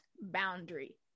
boundary